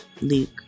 Luke